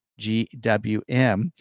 GWM